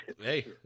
Hey